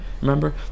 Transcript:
Remember